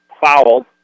fouled